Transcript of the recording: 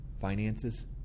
finances